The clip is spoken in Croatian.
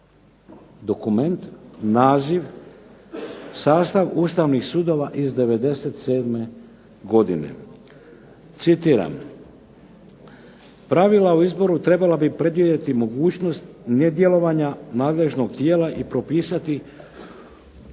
Dokument naziv "Sastav ustavnih sudova iz '97. godine". Citiram: "Pravila o izboru trebala bi predvidjeti mogućnost nedjelovanja nadležnog tijela i propisati